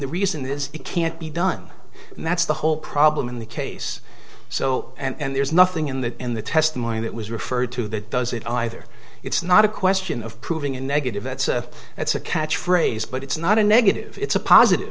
the reason this can't be done that's the whole problem in the case so and there's nothing in the in the testimony that was referred to that does it either it's not a question of proving a negative that's a that's a catch phrase but it's not a negative it's a positive